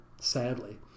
sadly